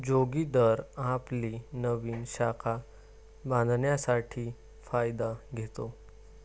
जोगिंदर आपली नवीन शाखा बांधण्यासाठी फायदा घेतो